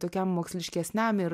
tokiam moksliškesniam ir